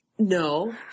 No